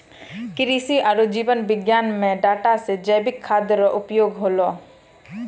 कृषि आरु जीव विज्ञान मे डाटा से जैविक खाद्य रो उपयोग होलै